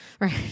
right